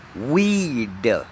Weed